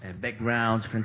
backgrounds